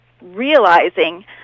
realizing